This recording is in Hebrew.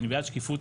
אני בעד שקיפות,